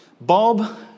Bob